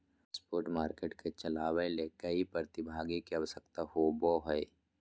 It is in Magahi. स्पॉट मार्केट के चलावय ले कई प्रतिभागी के आवश्यकता होबो हइ